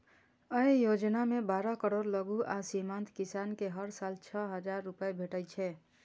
अय योजना मे बारह करोड़ लघु आ सीमांत किसान कें हर साल छह हजार रुपैया भेटै छै